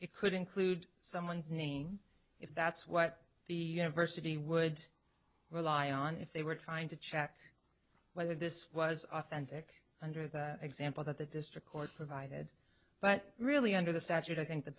it could include someone's name if that's what the university would rely on if they were trying to check whether this was authentic under the example that the district court provided but really under the statute i think the